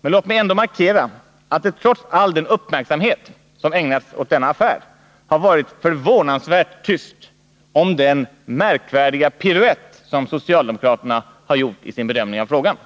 men låt mig ändå markera att det trots all den uppmärksamhet som har ägnats denna affär har varit förvånansvärt tyst om den märkvärdiga piruett som socialdemokraterna har gjort i sin bedömning av frågan.